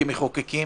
כמחוקקים,